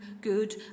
good